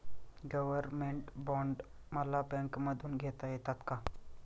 Government bond मला बँकेमधून घेता येतात का?